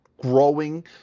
growing